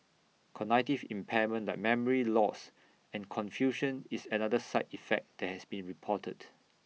cognitive impairment like memory loss and confusion is another side effect that has been reported